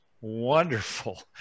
wonderful